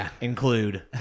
include